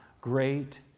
great